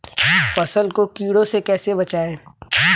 फसल को कीड़ों से कैसे बचाएँ?